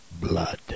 Blood